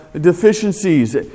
Deficiencies